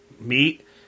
meat